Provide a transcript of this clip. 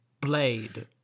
blade